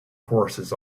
forces